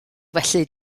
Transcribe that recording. felly